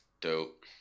Dope